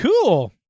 cool